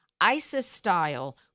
ISIS-style